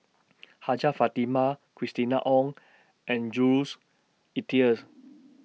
Hajjah Fatimah Christina Ong and Jules Itiers